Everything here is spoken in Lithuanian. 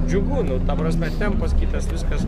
džiugu nu ta prasme tempas kitas viskas